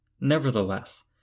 Nevertheless